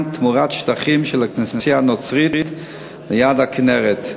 תמורת שטחים של הכנסייה הנוצרית ליד הכינרת.